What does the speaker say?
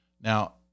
Now